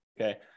okay